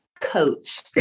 coach